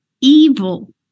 evil